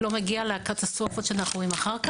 מגיע לקטסטרופות שאנחנו רואים אחר כך.